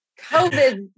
COVID